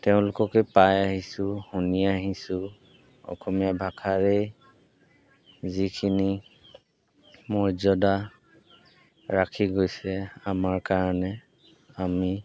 তেওঁলোককে পাই আহিছোঁ শুনি আহিছোঁ অসমীয়া ভাষাৰে যিখিনি মৰ্যদা ৰাখি গৈছে আমাৰ কাৰণে আমি